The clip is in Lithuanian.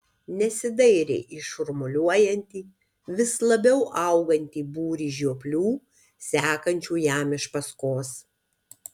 nesidairė į šurmuliuojantį vis labiau augantį būrį žioplių sekančių jam iš paskos